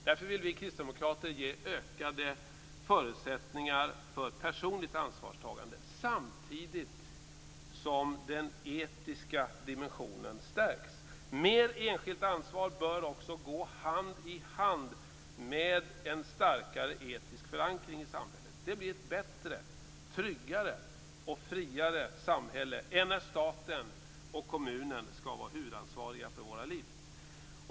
Därför vill vi kristdemokrater ge ökade förutsättningar för personligt ansvarstagande, samtidigt som den etiska dimensionen stärks. Mer enskilt ansvar bör gå hand i hand med en starkare etisk förankring i samhället. Det blir ett bättre, tryggare och friare samhälle än när staten och kommunen skall vara huvudansvariga för våra liv.